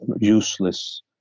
useless